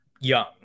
young